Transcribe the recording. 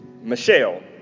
Michelle